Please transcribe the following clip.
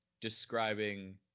describing